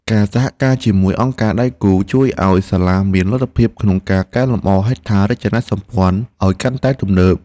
ការសហការជាមួយអង្គការដៃគូជួយឱ្យសាលាមានលទ្ធភាពក្នុងការកែលម្អហេដ្ឋារចនាសម្ព័ន្ធឱ្យកាន់តែទំនើប។